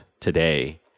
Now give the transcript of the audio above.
today